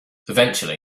eventually